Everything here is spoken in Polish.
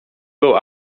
był